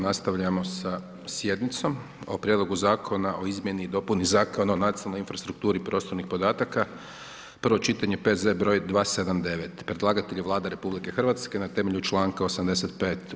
Nastavljamo sa sjednicom o - Prijedlogu zakona o izmjeni i dopuni Zakona o nacionalnoj infrastrukturi prostornih podataka, prvo čitanje, P.Z. br. 279 Predlagatelj je Vlada Republike Hrvatske na temelju članka 85.